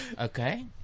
Okay